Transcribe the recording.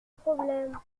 problème